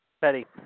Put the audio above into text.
Betty